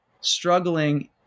struggling